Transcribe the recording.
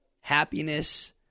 Happiness